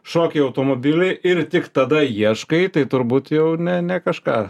šoki į automobilį ir tik tada ieškai tai turbūt jau ne ne kažką